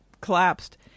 collapsed